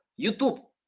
YouTube